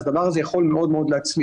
אז הדבר הזה יכול מאוד להצליח.